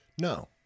No